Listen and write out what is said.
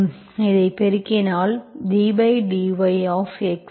எனவே இதை பெருக்கினால் பெறுவது ddyx